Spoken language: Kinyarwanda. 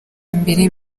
imbere